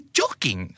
joking